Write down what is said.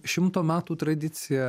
šimto metų tradicija